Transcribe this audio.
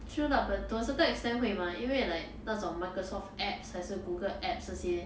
true lah but to a certain extent 会吗因为 like 那种 microsoft apps 还是 google apps 这些